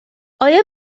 آیا